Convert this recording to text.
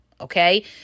okay